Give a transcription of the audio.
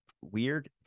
weird